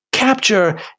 Capture